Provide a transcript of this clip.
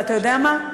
ואתה יודע מה?